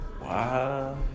Wow